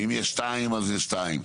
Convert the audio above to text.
ואם יש שניים אז יש שניים,